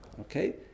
Okay